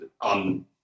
on